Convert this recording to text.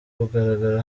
kugaragara